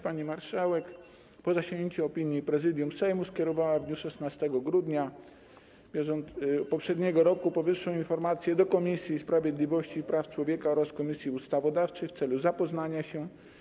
Pani marszałek, po zasięgnięciu opinii Prezydium Sejmu, skierowała w dniu 16 grudnia poprzedniego roku powyższą informację do Komisji Sprawiedliwości i Praw Człowieka oraz Komisji Ustawodawczej w celu zapoznania się.